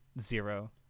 Zero